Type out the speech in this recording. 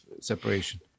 separation